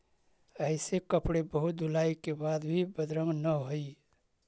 ऐसे कपड़े बहुत धुलाई के बाद भी बदरंग न हई